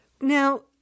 Now